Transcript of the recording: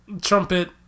Trumpet